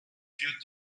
führt